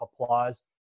applause